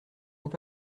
vous